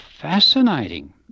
fascinating